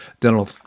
dental